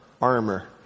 Armor